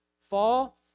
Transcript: fall